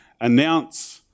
announce